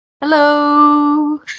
hello